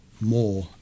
more